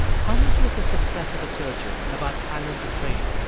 how much was the success of a surgeon about talent and training?